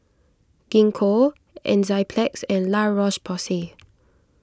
Gingko Enzyplex and La Roche Porsay